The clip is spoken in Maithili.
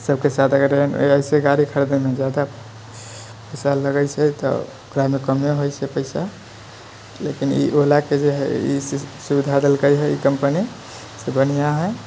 सबके साथ अगर ऐसे गाड़ी खरीदने जाउ तऽ पैसा लगै छै तऽ ओकरामे कमे होइ छै पैसा लेकिन ई ओलाके जे हइ ई सुविधा देलकै हइ ई कम्पनी से बढ़िआँ हइ